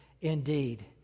indeed